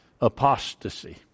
Apostasy